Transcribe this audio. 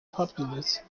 populist